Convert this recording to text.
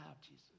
Jesus